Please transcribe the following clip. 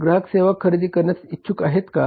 ग्राहक सेवा खरेदी करण्यास इच्छुक आहेत का